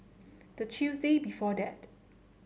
the Tuesday before that